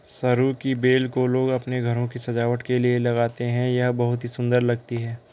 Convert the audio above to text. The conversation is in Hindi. सरू की बेल को लोग अपने घरों की सजावट के लिए लगाते हैं यह बहुत ही सुंदर लगती है